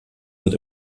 wird